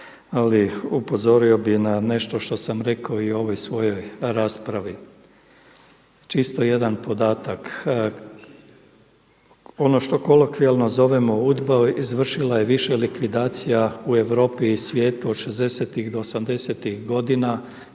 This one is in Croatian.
Ali upozorio bih na nešto što sam rekao i u ovoj svojoj raspravi. Čisto jedan podatak. Ono što kolokvijalno zovemo UDBA izvršila je više likvidacija u Europi i svijetu od šezdesetih